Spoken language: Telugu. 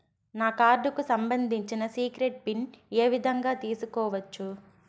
నా కార్డుకు సంబంధించిన సీక్రెట్ పిన్ ఏ విధంగా తీసుకోవచ్చు?